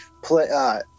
play